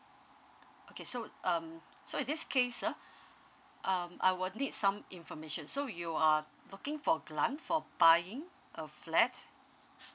okay so um so in this case uh um I will need some information so you are looking for for buying a flat